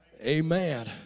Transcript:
Amen